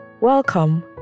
Welcome